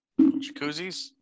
jacuzzis